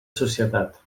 societat